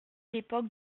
l’époque